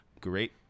great